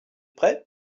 prêt